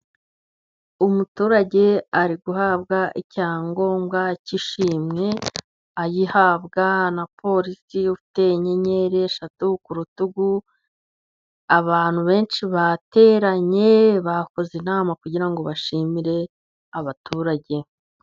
Umuturage ari guhabwa icyangombwa cy'ishimwe, agihabwa n'uporisi ufitete inyenyeri eshatu ku rutugu. Abantu benshi bateranye bakoze inama, kugira ngo bashimire abaturage.